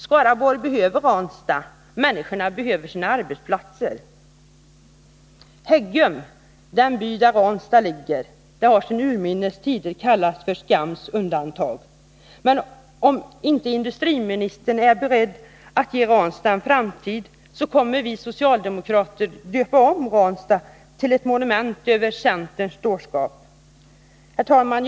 Skaraborg behöver Ranstad, och människorna där behöver sina arbetsplatser. Häggum, den by där Ranstad ligger, har sedan urminnes tider kallats för skams undantag, men om industriministern inte är beredd att ge Ranstad en framtid, så kommer vi socialdemokrater att kalla Ranstad för ett monument över centerns dårskap. Herr talman!